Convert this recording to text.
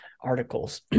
articles